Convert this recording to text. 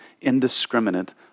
indiscriminate